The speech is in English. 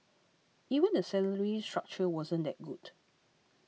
even the salary structure wasn't that good